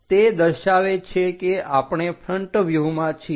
તે દર્શાવે છે કે આપણે ફ્રન્ટ વ્યુહમાં છીએ